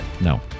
No